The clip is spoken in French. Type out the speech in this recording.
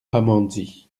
pamandzi